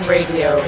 Radio